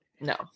No